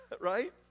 Right